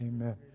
Amen